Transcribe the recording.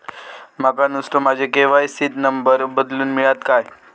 माका नुस्तो माझ्या के.वाय.सी त नंबर बदलून मिलात काय?